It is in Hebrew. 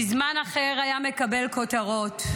בזמן אחר, היה מקבל כותרות.